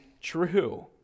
true